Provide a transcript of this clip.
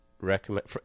recommend